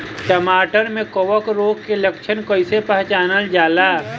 टमाटर मे कवक रोग के लक्षण कइसे पहचानल जाला?